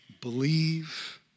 believe